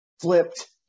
flipped